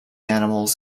animals